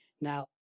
Now